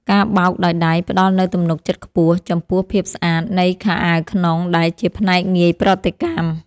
ការបោកដោយដៃផ្តល់នូវទំនុកចិត្តខ្ពស់ ចំពោះភាពស្អាតនៃខោអាវក្នុងដែលជាផ្នែកងាយប្រតិកម្ម។